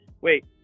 wait